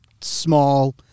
small